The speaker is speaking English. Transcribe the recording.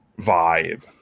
vibe